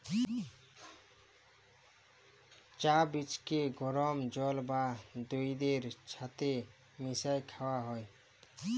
চাঁ বীজকে গরম জল বা দুহুদের ছাথে মিশাঁয় খাউয়া হ্যয়